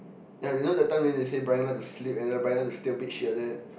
ya you know that time then they say Bryan like to sleep and then Bryan like to stain on bedsheet and all that